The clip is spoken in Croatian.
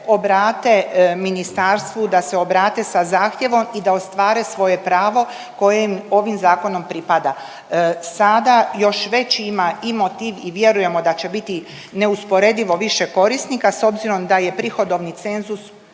da se obrate ministarstvu, da se obrate sa zahtjevom i da ostvare svoje pravo koje im ovim zakonom pripada. Sada još veći ima i motiv i vjerujemo da će biti neusporedivo više korisnika s obzirom da je prihodovni cenzus